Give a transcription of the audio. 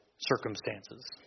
circumstances